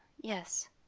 yes